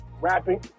rapping